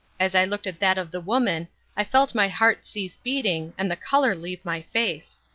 as i looked at that of the woman i felt my heart cease beating and the colour leave my face.